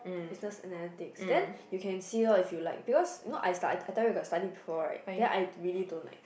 Business Analytic then you can see loh if you like because you know I I tell you I got study before right then I really don't like